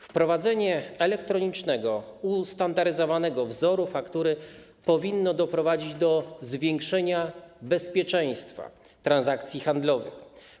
Wprowadzenie elektronicznego, ustandaryzowanego wzoru faktury powinno doprowadzić do zwiększenia bezpieczeństwa transakcji handlowych.